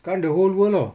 kan the whole world tahu